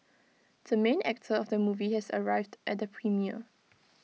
the main actor of the movie has arrived at the premiere